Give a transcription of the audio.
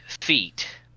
feet